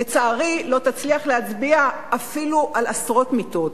לצערי, לא תצליח להצביע אפילו על עשרות מיטות.